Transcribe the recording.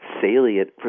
salient